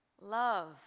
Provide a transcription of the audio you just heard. love